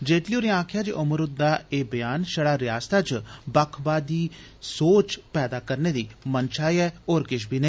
जेटली होरें आक्खेआ जे उमर हुंदा एह् ब्यान शड़ा रिआसतै च बक्खवाद आली सोच पैदा करने दी मंशा ऐ होर किश बी नेईं